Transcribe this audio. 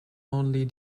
only